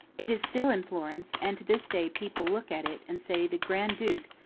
it is still in florence, and to this day people look at it and say the grand duke,